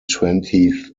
twentieth